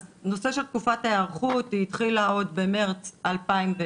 אז את הנושא של תקופת ההיערכות היא התחילה עוד במרץ 2020,